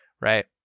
right